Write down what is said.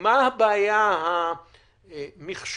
מה הבעיה המחשובית